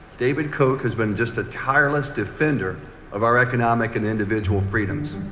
david koch has been just a tireless defender of our economic and individual freedoms.